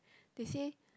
they say